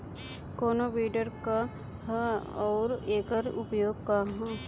कोनो विडर का ह अउर एकर उपयोग का ह?